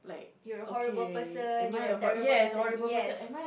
you are a horrible person you are a terrible person yes